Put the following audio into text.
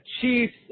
Chiefs